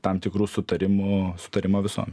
tam tikrų sutarimų sutarimo visuome